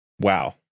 wow